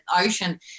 ocean